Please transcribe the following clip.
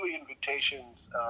invitations